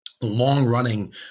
Long-running